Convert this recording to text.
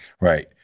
right